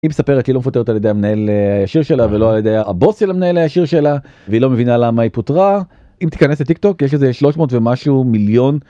אם ספרת היא לא מפותרת על ידי המנהל השיר שלה ולא על ידי הבוס של המנהל השיר שלה והיא לא מבינה למה היא פותרה אם תיכנס לטיק טוק יש איזה 300 ומשהו מיליון.